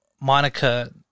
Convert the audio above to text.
Monica